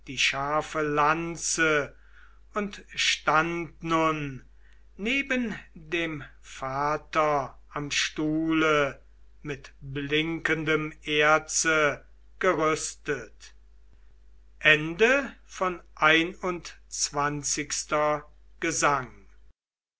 die scharfe lanze und stand nun neben dem vater am stuhle mit blinkendem erze gerüstet xxii gesang